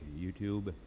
YouTube